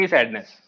Sadness